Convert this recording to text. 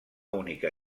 única